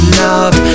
love